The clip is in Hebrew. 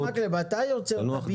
חבר הכנסת מקלב, אתה יוצר את הבידוד.